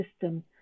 system